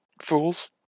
fools